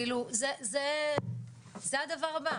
כאילו זה הדבר הבא.